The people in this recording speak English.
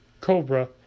cobra